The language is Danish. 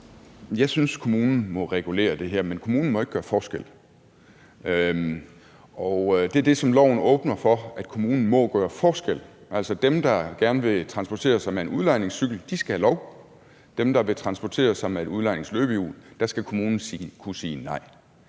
Jeg synes, at kommunen må regulere det her, men kommunen må ikke gøre forskel. Og det er det, som loven åbner for, nemlig at kommunen må gøre forskel. Altså, dem, der gerne vil transportere sig med en udlejningscykel, skal have lov. Til dem, der vil transportere sig med et udlejningsløbehjul, skal kommunen kunne sige nej.